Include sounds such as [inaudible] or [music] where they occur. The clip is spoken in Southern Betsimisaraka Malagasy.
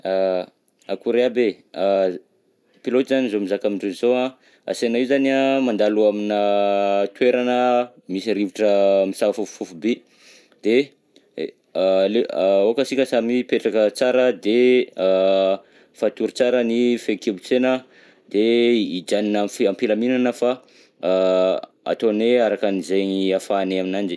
[hesitation] Akory aby e, [hesitation] pilote zany zaho mizaka amindreo zao an, ansena io zany mandalo aminà toerana misy rivotra misafofofofo be, de [hesitation] aleo aoka sika samy hipetraka tsara, de [hesitation] fatory tsara ny fehikibonsena, de hijanona am- f- am-pilaminana fa ataonay araka anzegny ahafahanay aminanjy.